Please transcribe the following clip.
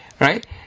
right